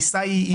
כן.